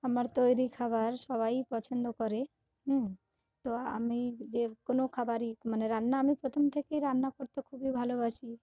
আমার তৈরি খাবার সবাই পছন্দ করে তো আমি যে কোনো খাবারই মানে রান্না আমি প্রথম থেকেই রান্না করতে খুবই ভালোবাসি